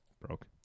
broke